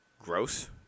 gross